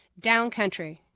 Downcountry